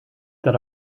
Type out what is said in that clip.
that